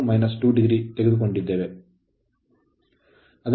92 2 o ತೆಗೆದುಕೊಂಡಿದ್ದೇವೆ